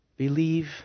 Believe